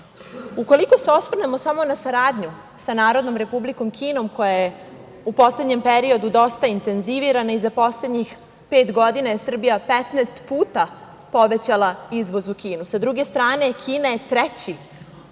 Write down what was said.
se osvrnemo samo na saradnju sa Narodnom Republikom Kinom, koja je u poslednjem periodu dosta intenzivirana i za poslednjih pet godina je Srbija 15 puta povećala izvoz u Kinu. Sa druge strane, Kina je treći